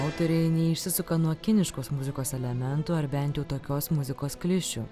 autoriai neišsisuka nuo kiniškos muzikos elementų ar bent jau tokios muzikos klišių